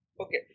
okay